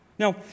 Now